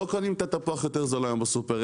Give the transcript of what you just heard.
לא קונים תפוחים יותר בזול בסופר.